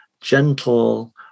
gentle